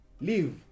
leave